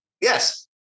Yes